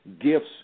gifts